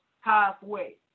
halfway